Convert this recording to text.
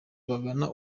bagana